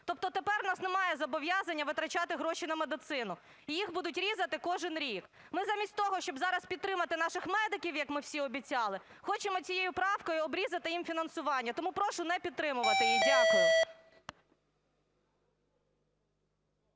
Тобто тепер у нас немає зобов'язання витрачати гроші на медицину і їх будуть різати кожен рік. Ми замість того, щоб зараз підтримати наших медиків, як ми всі обіцяли, хочемо цією правкою обрізати їм фінансування. Тому прошу не підтримувати її. Дякую.